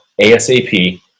ASAP